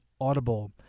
Audible